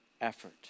effort